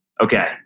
Okay